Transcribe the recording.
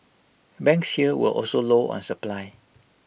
banks here were also low on supply